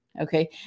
Okay